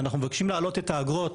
ואנחנו מבקשים להעלות את האגרות